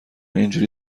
اینجوری